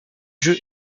jeu